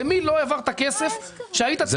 למי לא העברת כסף שהיית צריך להעביר.